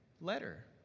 letter